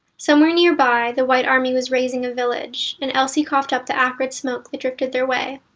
somewhere nearby the white army was razing a village, and elsie coughed up the acrid smoke that drifted their way.